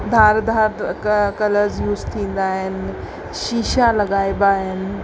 धार धार colours use थींदा आहिनि शीशा लॻाइबा आहिनि